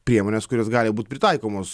priemones kurios gali būt pritaikomos